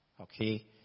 Okay